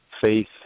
faith